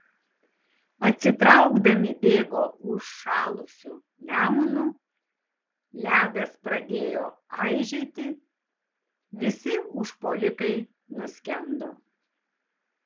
atsitraukdami bėgo užšalusiu nemunu ledas pradėjo aižėti visi užpuolikai nuskendo